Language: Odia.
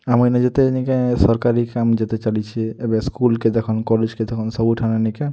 ଆମର୍ ଇନେ ଯେତେ ନିକେ ସର୍କାରୀ କାମ୍ ଯେତେ ଚାଲିଛେ ଏବେ ସ୍କୁଲ୍କେ ଦେଖନ୍ କଲେଜ୍କେ ଦେଖନ୍ ସବୁଠାନେ ନିକେ